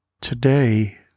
Today